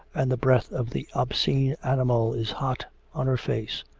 and the breath of the obscene animal is hot on her face.